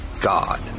God